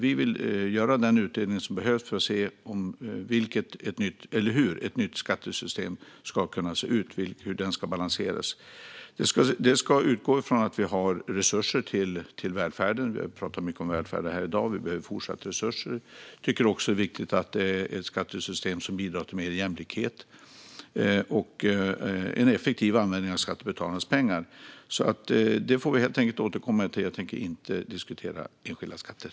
Vi vill göra den utredning som behövs för att se hur ett nytt skattesystem kan se ut och hur det ska balanseras. Det ska utgå från att det finns resurser till välfärden. Vi har pratat mycket om välfärden i dag, och det behövs resurser även i fortsättningen. Vi tycker också att det är viktigt att skattesystemet bidrar till mer jämlikhet och en effektiv användning av skattebetalarnas pengar. Vi får återkomma till frågan. Jag tänker inte diskutera enskilda skatter.